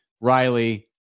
Riley